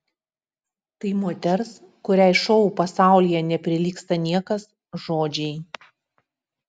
tai moters kuriai šou pasaulyje neprilygsta niekas žodžiai